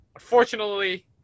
Unfortunately